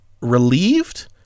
relieved